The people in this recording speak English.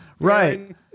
Right